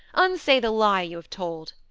unsay the lie you have told.